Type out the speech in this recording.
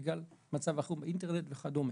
בגלל מצב החירום: אינטרנט וכדומה.